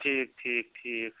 ٹھیٖک ٹھیٖک ٹھیٖک